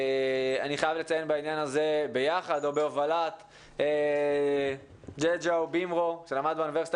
אני חייב לציין בעניין הזה את ג׳ג׳או בימרו שלמד באוניברסיטה